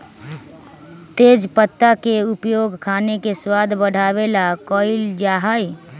तेजपत्ता के उपयोग खाने के स्वाद बढ़ावे ला कइल जा हई